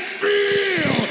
feel